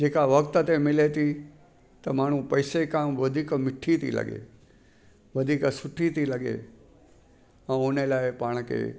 जेका वक़्त ते मिले थी त माण्हू पैसे का वधीक मिठी थी लॻे वधीक सुठी थी लॻे ऐं हुन लाइ पाण खे